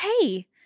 Hey